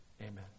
amen